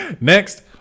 next